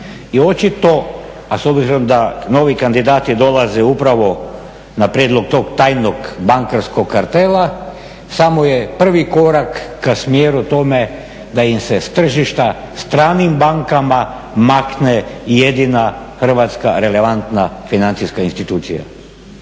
I očito, a s obzirom da novi kandidati dolaze upravo na prijedlog tog tajnog bankarskog kartela, samo je prvi korak ka smjeru tome da im se s tržišta stranim bankama makne jedina Hrvatska relevantna financijska institucija.